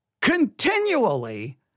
continually